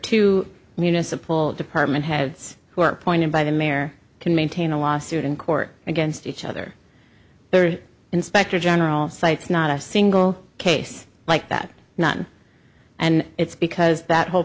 two municipal department heads who are appointed by the mare can maintain a lawsuit in court against each other there are inspector general cites not a single case like that not and it's because that whole